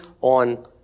on